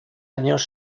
años